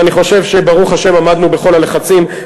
ואני חושב שברוך השם עמדנו בכל הלחצים,